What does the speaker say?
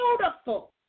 beautiful